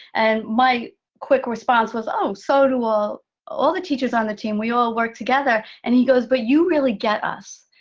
and my quick response was, oh, so do all all the teachers on the team, we all work together, and he goes, but you really get us.